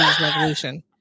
Revolution